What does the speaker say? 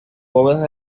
bóvedas